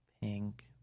pink